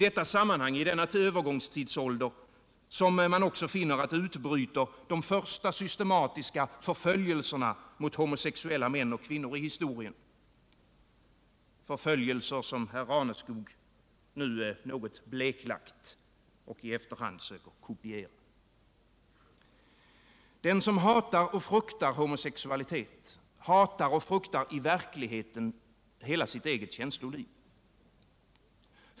Det är i denna övergångstidsålder man också finner att de första systematiska förföljelserna i historien utbryter mot homosexuella män och kvinnor, förföljelser som herr Raneskog nu något bleklagt och i efterhand söker kopiera. Den som hatar och fruktar homosexualitet, hatar och fruktar i verkligheten hela sitt eget känsloliv.